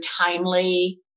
timely